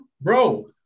Bro